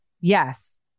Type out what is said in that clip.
yes